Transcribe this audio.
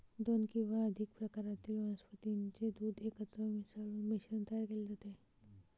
दोन किंवा अधिक प्रकारातील वनस्पतीचे दूध एकत्र मिसळून मिश्रण तयार केले जाते